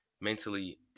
mentally